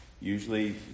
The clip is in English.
Usually